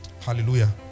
Hallelujah